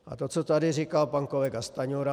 A to, co tady říkal pan kolega Stanjura.